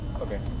Okay